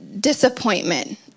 disappointment